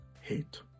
hate